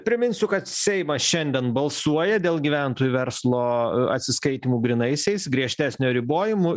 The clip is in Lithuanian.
priminsiu kad seimas šiandien balsuoja dėl gyventojų verslo atsiskaitymų grynaisiais griežtesnio ribojimų